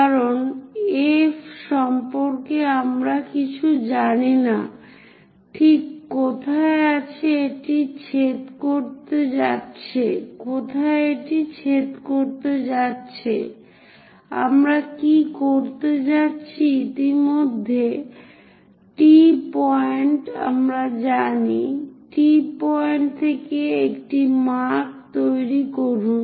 কারণ আমরা F সম্পর্কে কিছুই জানি না ঠিক কোথায় এটি ছেদ করতে যাচ্ছে আমরা কি করতে যাচ্ছি ইতিমধ্যে T পয়েন্ট আমরা জানি T পয়েন্ট থেকে একটি মার্ক তৈরি করুন